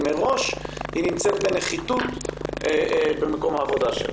מראש היא נמצאת בנחיתות במקום העבודה שלה.